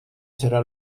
serà